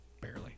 barely